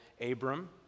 Abram